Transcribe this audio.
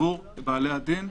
עבור בעלי הדין,